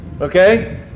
Okay